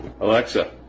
Alexa